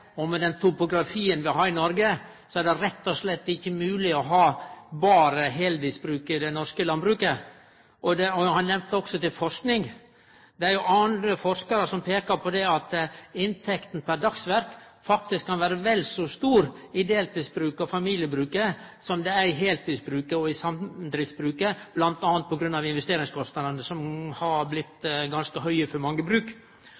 og med den topografien vi har i Noreg, er det rett og slett ikkje mogleg å ha berre heiltidsbruk i det norske landbruket. Han nemnde også forsking. Det er forskarar som peiker på at inntekta per dagsverk faktisk kan vere vel så stor i deltidsbruket og familiebruket som det er i heiltidsbruket og i samdriftsbruket, bl.a. på grunn av investeringskostnadene, som har blitt ganske høge for mange bruk.